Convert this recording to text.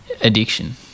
addiction